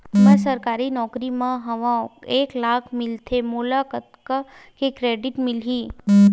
मैं सरकारी नौकरी मा हाव एक लाख मिलथे मोला कतका के क्रेडिट मिलही?